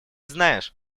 знаешь